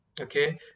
Okay